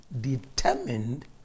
determined